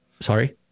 Sorry